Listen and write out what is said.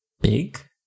Big